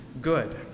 good